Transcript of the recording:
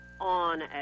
on